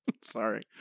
Sorry